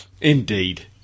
Indeed